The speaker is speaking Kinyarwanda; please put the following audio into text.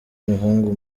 umuhungu